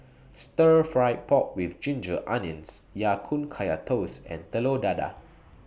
Stir Fried Pork with Ginger Onions Ya Kun Kaya Toast and Telur Dadah